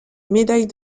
médaille